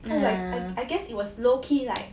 cause like I guess it was low key like